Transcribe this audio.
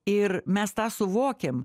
ir mes tą suvokėm